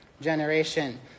generation